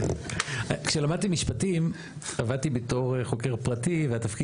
כשלמדתי משפטים עבדתי בתור חוקר פרטי והתפקיד